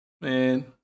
Man